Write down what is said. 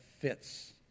fits